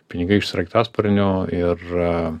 pinigai iš sraigtasparnio ir